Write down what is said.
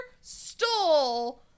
stole